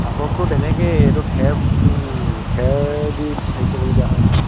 আপংটো তেনেকেই এইটো খেৰ খেৰদি হেৰি কৰিবলগীয়া হয়